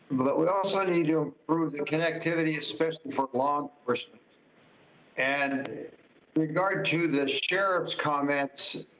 but but we also need to improve the connectivity, especially for blog and regard to the sheriff's comments.